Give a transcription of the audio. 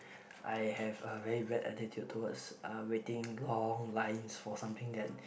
I have a very bad attitude towards uh waiting long lines for something that